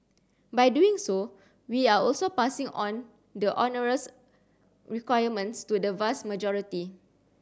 by doing so we are also passing on the onerous requirements to the vast majority